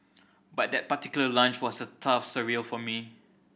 but that particular lunch was a tough surreal for me